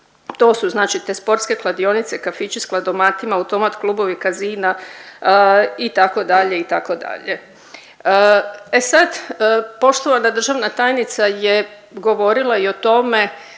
To su znači te sportske kladionice, kafići s kladomatima, automat klubovi, casina itd., itd. E sad, poštovana državna tajnica je govorila i o tome